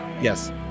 Yes